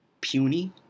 puny